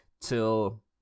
till